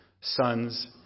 sons